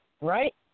right